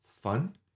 fun